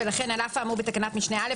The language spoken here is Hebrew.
לכן על אף האמור בתקנת משנה (א),